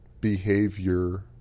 behavior